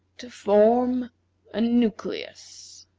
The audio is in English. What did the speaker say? to form a nucleus?